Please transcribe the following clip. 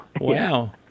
Wow